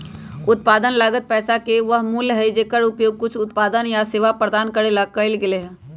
उत्पादन लागत पैसा के वह मूल्य हई जेकर उपयोग कुछ उत्पादन या सेवा प्रदान करे ला कइल गयले है